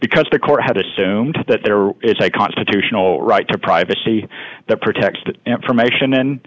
because the court had assumed that there is a constitutional right to privacy that protect that information and